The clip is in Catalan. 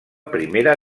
primera